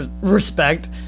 respect